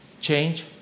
change